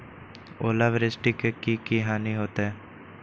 ओलावृष्टि से की की हानि होतै?